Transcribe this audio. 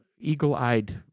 eagle-eyed